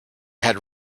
had